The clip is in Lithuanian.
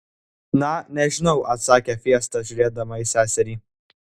na nežinau atsakė fiesta žiūrėdama į seserį